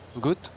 Good